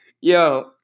Yo